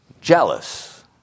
jealous